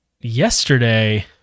yesterday